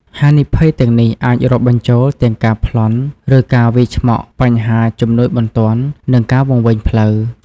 ហានិភ័យទាំងនេះអាចរាប់បញ្ចូលទាំង ការប្លន់ ឬការវាយឆ្មក់ បញ្ហាជំនួយបន្ទាន់ និងការវង្វេងផ្លូវ។